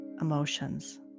emotions